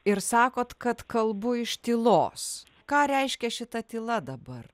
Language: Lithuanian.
ir sakot kad kalbu iš tylos ką reiškia šita tyla dabar